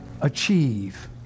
achieve